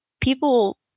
people